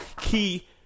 key